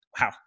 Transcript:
Wow